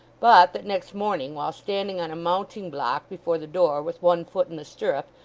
but that next morning, while standing on a mounting block before the door with one foot in the stirrup,